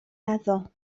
meddwl